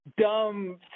dumb